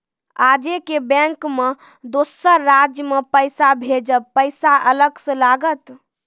आजे के बैंक मे दोसर राज्य मे पैसा भेजबऽ पैसा अलग से लागत?